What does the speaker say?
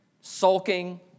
sulking